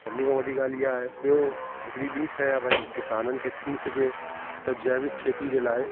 सभिनी खां वॾी ॻाल्हि ईअं आहे ॿियों हिकिड़ी बि शइ आहे भाई किसाननि खे थी सघे त जैविक खेती जे लाइ